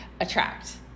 attract